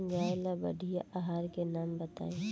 गाय ला बढ़िया आहार के नाम बताई?